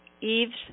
Eve's